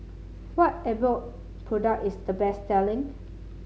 what Abbott product is the best selling